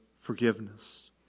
forgiveness